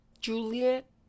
Juliet